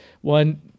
One